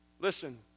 Listen